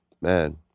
man